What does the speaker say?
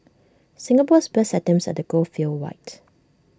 Singapore's best attempts at the goal fell wide